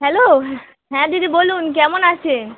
hello হ্যাঁ দিদি বলুন কেমন আছেন